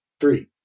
Three